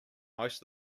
most